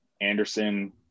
Anderson